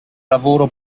lavoro